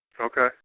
Okay